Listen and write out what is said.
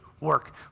work